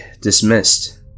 Dismissed